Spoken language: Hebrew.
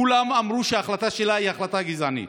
כולם אמרו שההחלטה שלה היא החלטה גזענית.